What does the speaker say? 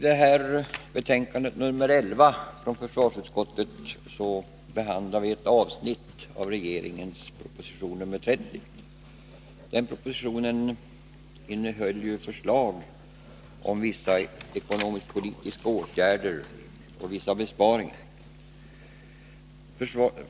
Fru talman! I försvarsutskottets betänkande nr 11 behandlas ett avsnitt av regeringens proposition nr 30. Den propositionen innehöll ju förslag om vissa ekonomisk-politiska åtgärder och vissa besparingar.